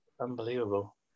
unbelievable